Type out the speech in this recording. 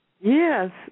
Yes